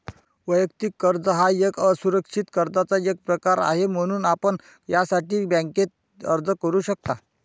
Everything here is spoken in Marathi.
वैयक्तिक कर्ज हा एक असुरक्षित कर्जाचा एक प्रकार आहे, म्हणून आपण यासाठी बँकेत अर्ज करू शकता